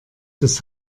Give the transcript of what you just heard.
des